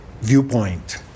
viewpoint